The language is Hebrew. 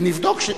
ונבדוק,